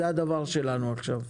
זה הדבר שלנו עכשיו.